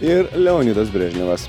ir leonidas brežnevas